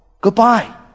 Goodbye